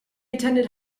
attended